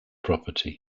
property